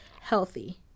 Healthy